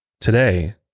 Today